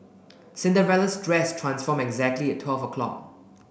Cinderella's dress transformed exactly at twelve o'clock